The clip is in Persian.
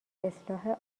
اصلاح